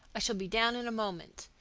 i shall be down in a moment.